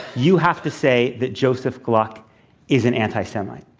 you have to say that joseph gluck is an anti-semite.